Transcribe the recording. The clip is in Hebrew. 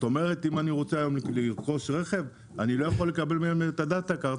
אם אני רוצה היום לרכוש רכב אני לא יכול לקבל מהם את הדאטה קארד,